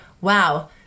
wow